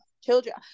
children